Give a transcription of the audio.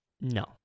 No